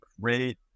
great